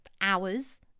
hours